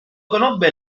conobbe